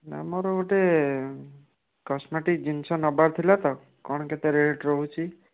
ନା ମୋର ଗୋଟେ କସମେଟିକ୍ ଜିନିଷ ନବାର ଥିଲା ତ କ'ଣ କେତେ ରେଟ୍ ରହୁଛି